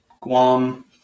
Guam